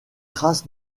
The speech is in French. trace